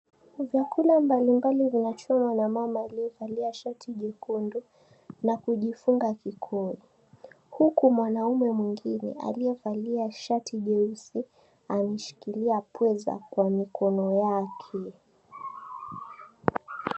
Vyakula mbalimbali vinachomwa na mama alliyevalia shati jekundu na kujifunga kikoi, huku mwanaume mwingine aliyevalia shati jeusi anashikilia pweza kwa mikono yake.